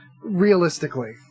realistically